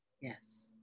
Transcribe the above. Yes